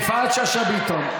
יפעת שאשא ביטון,